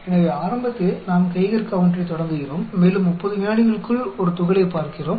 எனவே ஆரம்பத்தில் நாம் கெய்கர் கவுன்டரைத் தொடங்குகிறோம் மேலும் 30 விநாடிகளுக்குள் ஒரு துகளைப் பார்க்கிறோம்